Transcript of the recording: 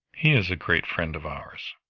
he is a great friend of ours.